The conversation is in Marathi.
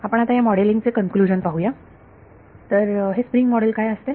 आपण आता या मॉडेलिंग चे कन्क्लूजन पाहूया तर हे स्प्रिंग मॉडेल काय असते